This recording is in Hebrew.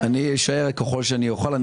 ואשאר ככל שאוכל.